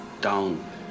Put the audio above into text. down